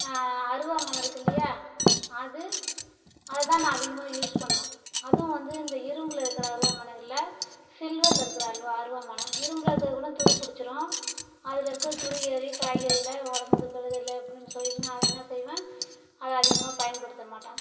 அருவாமனைருக்கு இல்லையா அது அதுதான் நான் அதிகமாக யூஸ் பண்ணுவேன் அதுவும் வந்து இந்த இரும்பில் இருக்கிற அருவாமனை இல்லை சில்வரில் இருக்கிற அல்வா அருவாமனை இரும்பில் இருக்கிறது கூட துரு புடிச்சிரும் அதில் இருக்கிற துரு ஏறி காய்கறியில உடம்புக்கு கெடுதல் அப்படினு சொல்லிவிட்டு நான் அதை என்ன செய்வேன் அதை அதிகமாக பயன்படுத்த மாட்டேன்